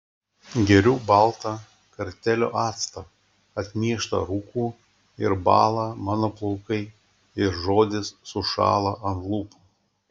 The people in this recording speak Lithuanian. geriu baltą kartėlio actą atmieštą rūku ir bąla mano plaukai ir žodis sušąla ant lūpų